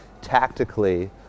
tactically